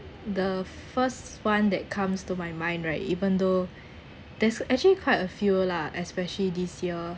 the first one that comes to my mind right even though there's actually quite a few lah especially this year